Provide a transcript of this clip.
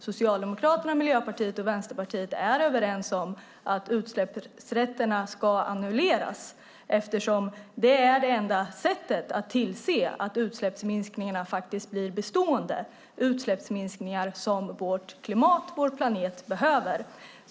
Socialdemokraterna, Miljöpartiet och Vänsterpartiet är överens om att utsläppsrätterna ska annulleras eftersom det är enda sättet att se till att utsläppsminskningarna blir bestående - utsläppsminskningar som vårt klimat och vår planet behöver.